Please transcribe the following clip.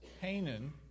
Hanan